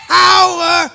power